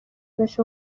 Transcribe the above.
بشه